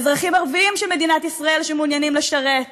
לאזרחים ערבים של מדינת ישראל שמעוניינים לשרת.